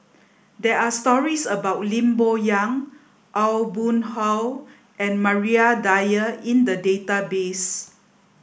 there are stories about Lim Bo Yam Aw Boon Haw and Maria Dyer in the database